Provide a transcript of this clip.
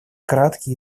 краткий